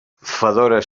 fedora